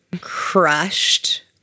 crushed